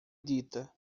dita